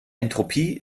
entropie